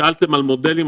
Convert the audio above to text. שאלתם על מודלים,